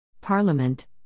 Parliament